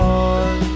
on